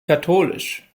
katholisch